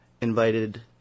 invited